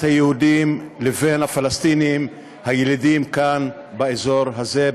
היהודים לבין הפלסטינים הילידים כאן באזור הזה,